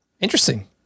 Interesting